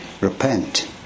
repent